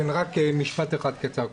רק משפט אחד קצר.